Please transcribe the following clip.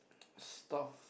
stuffed